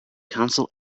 council